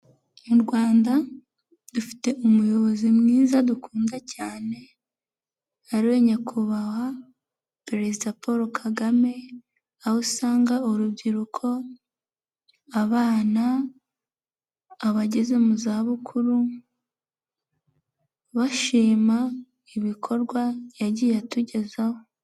Mu Rwanda dufite umuyobozi mwiza dukunda cyane ari we Nyakubahwa Perezida Paul Kagame, aho usanga urubyiruko, abana, abageze mu zabukuru bashima ibikorwa yagiye atugezaho.